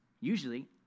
Usually